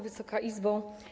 Wysoka Izbo!